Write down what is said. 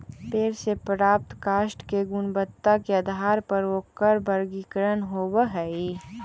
पेड़ से प्राप्त काष्ठ के गुणवत्ता के आधार पर ओकरा वर्गीकरण होवऽ हई